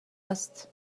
است